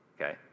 okay